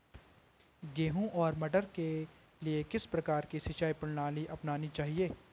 गेहूँ और मटर के लिए किस प्रकार की सिंचाई प्रणाली अपनानी चाहिये?